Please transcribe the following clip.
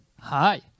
Hi